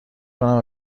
کنند